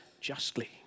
justly